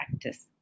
practice